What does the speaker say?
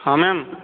ହଁ ମ୍ୟାମ